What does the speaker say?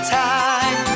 time